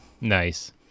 Nice